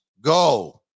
go